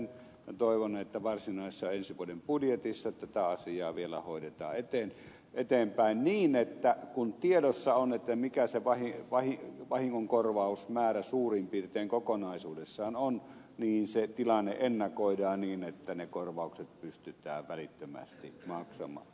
minä toivon että varsinaisessa ensi vuoden budjetissa tätä asiaa vielä hoidetaan eteenpäin niin että kun tiedossa on mikä se vahingonkorvausmäärä suurin piirtein kokonaisuudessaan on se tilanne ennakoidaan niin että ne korvaukset pystytään välittömästi maksamaan